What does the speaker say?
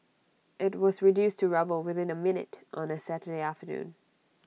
IT was reduced to rubble within A minute on A Saturday afternoon